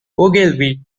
ogilvy